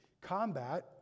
Combat